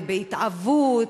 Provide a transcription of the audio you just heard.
בהתהוות,